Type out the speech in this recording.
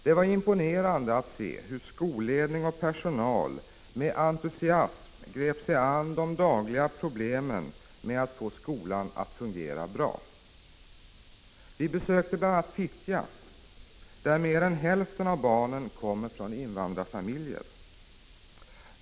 Det var imponerande att se hur skolledning och personal med entusiasm grep sig an de dagliga problemen med att få skolan att fungera bra. Vi besökte bl.a. Fittja, där mer än hälften av barnen kommer från invandrarfamiljer.